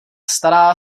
stará